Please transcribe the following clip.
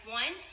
one